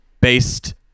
based